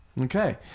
Okay